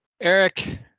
Eric